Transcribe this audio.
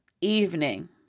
evening